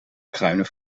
kruinen